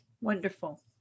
Wonderful